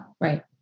Right